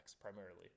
primarily